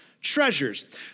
treasures